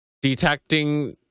Detecting